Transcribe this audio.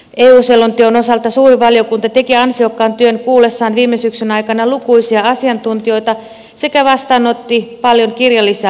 eu selonteon osalta suuri valiokunta teki ansiokkaan työn kuullessaan viime syksyn aikana lukuisia asiantuntijoita sekä vastaanotti paljon kirjallisia lausuntoja